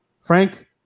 Frank